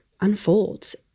unfolds